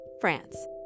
France